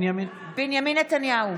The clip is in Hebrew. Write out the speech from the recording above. אבל אתה לא בזמן דיבור, ואתה מפריע.